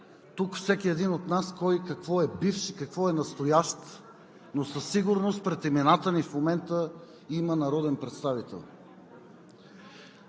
знам всеки един от нас – кой в какво е бивш и какво е настоящ, но със сигурност пред имената ни в момента има „народен представител“.